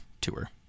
tour